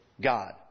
God